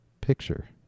picture